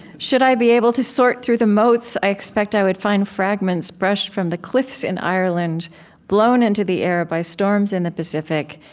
should i be able to sort through the motes, i expect i would find fragments brushed from the cliffs in ireland blown into the air by storms in the pacific,